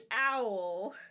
owl